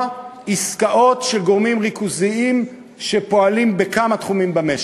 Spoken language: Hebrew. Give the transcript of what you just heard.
עסקאות של גורמים ריכוזיים שפועלים בכמה תחומים במשק.